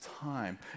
time